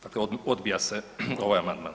Dakle, odbija se ovaj amandman.